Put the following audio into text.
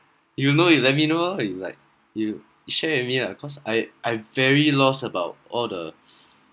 you know you let me know loh you like you share with me lah ya cause I I very lost about all the